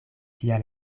tia